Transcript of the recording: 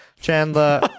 Chandler